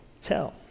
tell